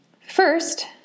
First